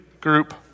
group